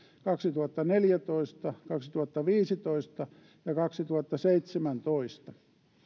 kaksituhattaneljätoista kaksituhattaviisitoista ja kaksituhattaseitsemäntoista